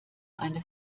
eine